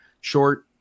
short